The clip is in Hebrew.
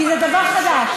כי זה דבר חדש.